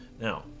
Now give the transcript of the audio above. Now